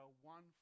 one